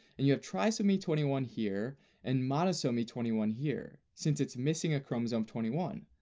and you have trisomy twenty one here, and monosomy twenty one here, since it's missing a chromosome twenty one.